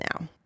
now